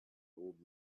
old